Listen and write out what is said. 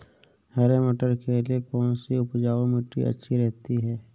हरे मटर के लिए कौन सी उपजाऊ मिट्टी अच्छी रहती है?